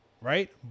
right